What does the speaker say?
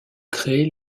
créer